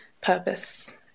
purpose